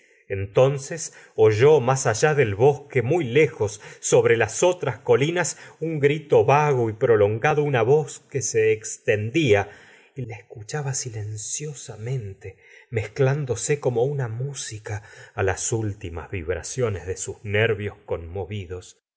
entonces oyó más allá del bosque muy lejos sobre las otras colinas un grito vago y prolongado una voz que se extendía y la escuchaba silenciosamente mezclándose como una música las últimas vibraciones de sus nervios conmovidos